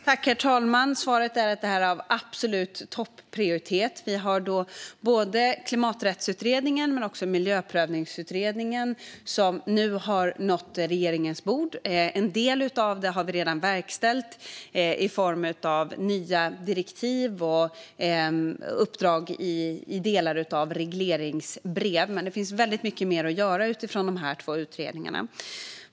Herr talman! Svaret är att det här är av absolut topprioritet. Både klimaträttsutredningen och miljöprövningsutredningen har nu nått regeringens bord. En del av det har vi redan verkställt i form av nya direktiv och uppdrag i delar av regleringsbrev, men det finns väldigt mycket mer att göra utifrån dessa båda utredningar.